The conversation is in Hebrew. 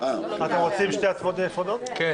חוק ומשפט): על שניהם אפשר להצביע ביחד?